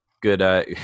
good